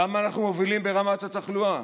למה אנחנו מובילים ברמת התחלואה?